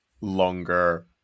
longer